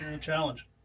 Challenge